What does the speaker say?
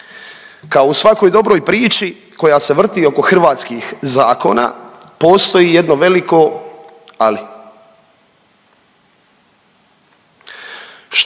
kao u svakoj dobroj priči koja se vrti oko hrvatskih zakona postoji jedno veliko ALI. Što ako